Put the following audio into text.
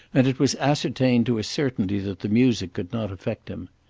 and it was ascertained to a certainty that the music could not affect him.